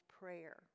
prayer